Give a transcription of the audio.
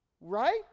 right